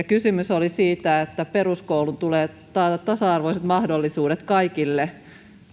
kysymys oli siitä että peruskouluun tulee tasa arvoiset mahdollisuudet kaikille